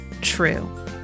true